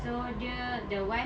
so dia the wife